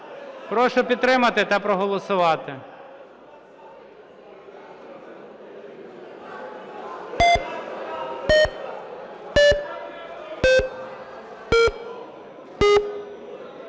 Прошу підтримати та проголосувати.